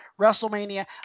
WrestleMania